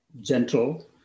gentle